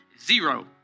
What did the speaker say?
Zero